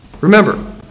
Remember